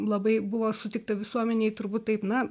labai buvo sutikta visuomenėj turbūt taip na